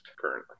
currently